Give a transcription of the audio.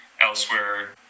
Elsewhere